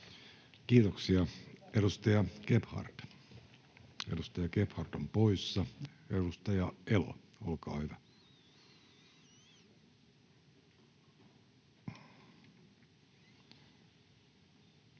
Kiitoksia. — Edustaja Gebhard on poissa. — Edustaja Elo, olkaa hyvä. Arvoisa